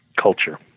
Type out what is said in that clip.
culture